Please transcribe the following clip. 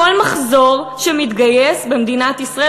כל מחזור שמתגייס במדינת ישראל,